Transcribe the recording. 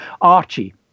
Archie